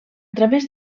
través